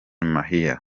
mahia